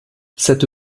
cette